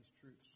truths